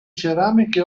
ceramiche